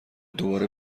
دوباره